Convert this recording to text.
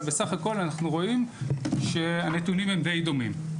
אבל בסך הכול אנחנו רואים שהנתונים הם די דומים.